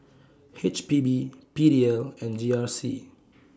H P B P D L and G R C